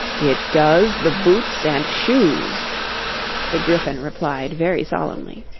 it does the boots and shoes the gryphon replied very solemnly.